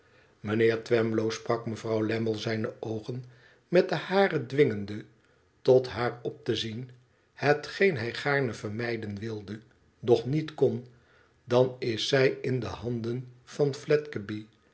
mijnheer twemlow sprak mevrouw lammie zijne oogen met de hare dwingende tot haar op te zien hetgeen hij gaarne vermijden wilde doch niet kon dan is zij in de handen van